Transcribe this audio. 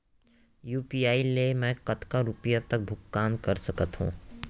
UPI ले मैं कतका रुपिया तक भुगतान कर सकथों